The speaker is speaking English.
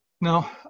Now